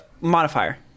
modifier